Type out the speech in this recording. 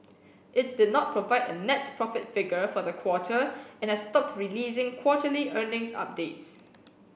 it did not provide a net profit figure for the quarter and has stopped releasing quarterly earnings updates